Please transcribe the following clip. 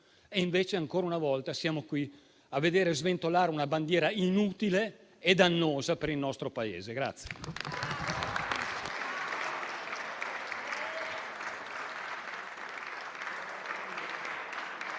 Invece, ancora una volta, siamo qui a vedere sventolare una bandiera inutile e dannosa per il nostro Paese.